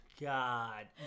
God